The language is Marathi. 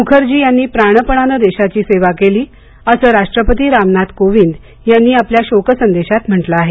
मुखर्जी यांनी प्राणपणानं देशाची सेवा केली असं राष्ट्रपती रामनाथ कोविंद यांनी आपल्या शोक संदेशात म्हटलं आहे